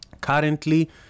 Currently